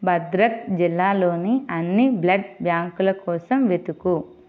భద్రక్ జిల్లాలోని అన్ని బ్లడ్ బ్యాంకుల కోసం వెతుకు